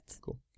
Cool